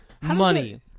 Money